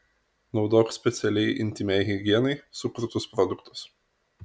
naudok specialiai intymiai higienai sukurtus produktus